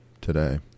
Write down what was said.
today